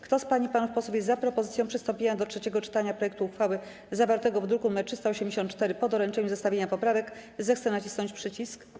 Kto z pań i panów posłów jest za propozycją przystąpienia do trzeciego czytania projektu uchwały zawartego w druku nr 384 po doręczeniu zestawienia poprawek, zechce nacisnąć przycisk.